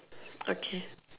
okay